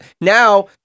now